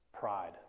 Pride